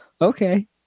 Okay